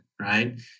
right